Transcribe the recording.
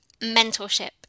mentorship